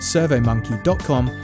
Surveymonkey.com